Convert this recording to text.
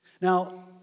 Now